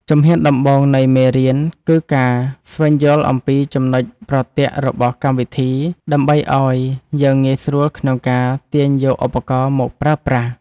ជំហានដំបូងនៃមេរៀនគឺការស្វែងយល់អំពីចំណុចប្រទាក់របស់កម្មវិធី ដើម្បីឱ្យយើងងាយស្រួលក្នុងការទាញយកឧបករណ៍មកប្រើប្រាស់។